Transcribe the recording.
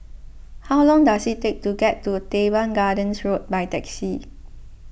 how long does it take to get to Teban Gardens Road by taxi